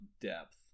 depth